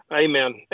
amen